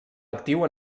actiu